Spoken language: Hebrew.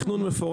לתכנון?